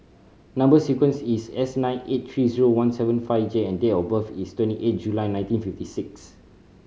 number sequence is S nine eight three zero one seven five J and date of birth is twenty eight July nineteen fifty six